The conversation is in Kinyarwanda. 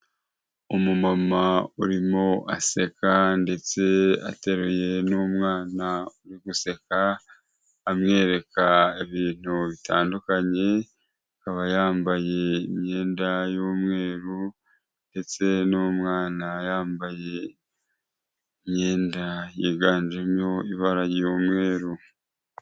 Umumama urimo aseka ndetse ateruye n'umwana uri guseka, amwereka ibintu bitandukanye, akaba yambaye imyenda y'umweru ndetse n'umwana yambaye imyenda yiganjemo ibara ry'umweru.